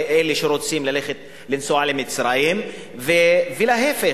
אלה שרוצים לנסוע למצרים ולהיפך.